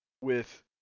with